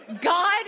God